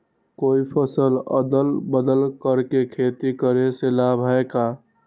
कोई फसल अदल बदल कर के खेती करे से लाभ है का?